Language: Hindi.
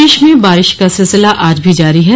प्रदेश में बारिश का सिलसिला आज भी जारी है